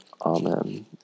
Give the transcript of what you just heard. amen